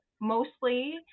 mostly